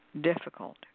difficult